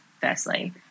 firstly